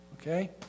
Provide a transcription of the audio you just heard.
Okay